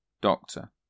doctor